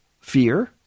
fear